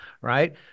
right